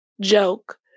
joke